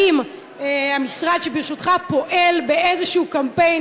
האם המשרד שבראשותך פועל באיזה קמפיין